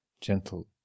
gentle